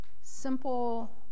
simple